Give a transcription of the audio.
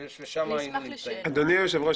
ו --- אדוני היושב-ראש,